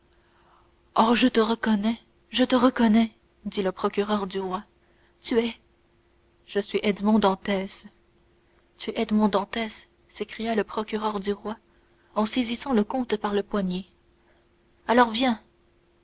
ah je te reconnais je te reconnais dit le procureur du roi tu es je suis edmond dantès tu es edmond dantès s'écria le procureur du roi en saisissant le comte par le poignet alors viens